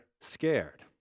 scared